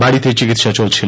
বাড়িতেই চিকিৎসা চলছিল